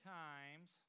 times